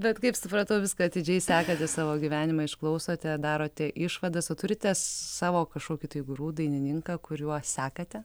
bet kaip supratau viską atidžiai sekate savo gyvenimą išklausote darote išvadas o turite savo kažkokį tai guru dainininką kuriuo sekate